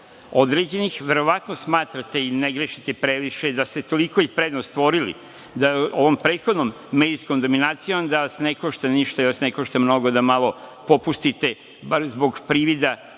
određenih. Verovatno smatrate i ne grešite previše, da ste i toliko prednost stvorili ovom prethodnom medijskom dominacijom da vas ne košta ništa i da vas ne košta mnogo da malo popustite, bar zbog privida